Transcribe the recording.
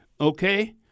Okay